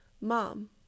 mom